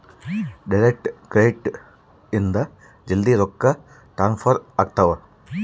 direct credit ಇಂದ ಜಲ್ದೀ ರೊಕ್ಕ ಟ್ರಾನ್ಸ್ಫರ್ ಆಗ್ತಾವ